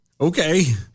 Okay